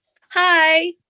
Hi